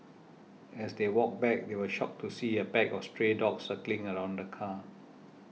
as they walked back they were shocked to see a pack of stray dogs circling around the car